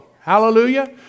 Hallelujah